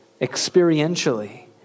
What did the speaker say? experientially